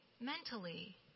Mentally